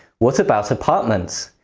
what about apartments?